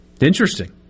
Interesting